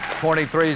23